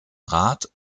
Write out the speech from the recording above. rat